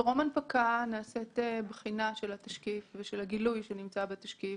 בטרום הנפקה נעשית בחינה של התשקיף ושל הגילוי שנמצא בתשקיף.